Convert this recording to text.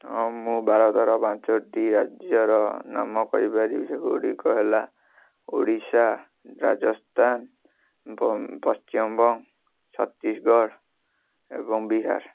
ହଁ ମୁଁ ଭାରତର ପାଞ୍ଚଟି ରାଜ୍ୟର ନାମ କହିପାରିବି ସେଗୁଡ଼ିକ ହେଲା ଓଡ଼ିଶା ରାଜସ୍ତାନ ବଙ୍ଗ ପଶ୍ଚିମବଙ୍ଗ ଛତିଶଗଡ଼ ଏବଂ ବିହାର